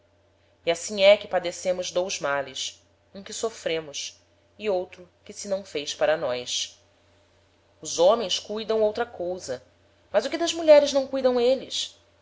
e assim é que padecemos dous males um que sofremos e outro que se não fez para nós os homens cuidam outra cousa mas o que das mulheres não cuidam êles